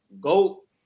Go